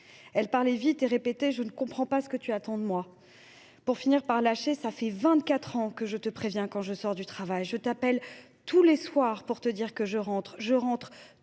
Elle parlait vite et répétait :« Je ne comprends pas ce que tu attends de moi. » Pour finir par lâcher :« Cela fait vingt quatre ans que je te préviens quand je sors du travail. Je t’appelle tous les soirs pour te dire que je rentre. Je rentre